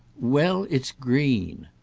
well, it's green.